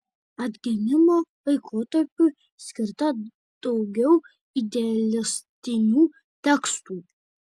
atgimimo laikotarpiui skirta daugiau idealistinių tekstų